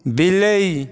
ବିଲେଇ